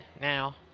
now